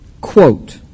Quote